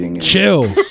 chill